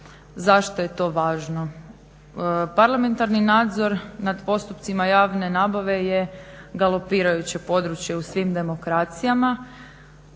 Zašto je to važno? Parlamentarni nadzor nad postupcima javne nabave je galopirajuće područje u svim demokracijama.